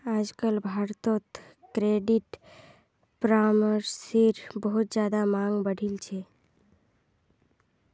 आजकल भारत्त क्रेडिट परामर्शेर बहुत ज्यादा मांग बढ़ील छे